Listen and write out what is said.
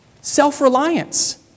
Self-reliance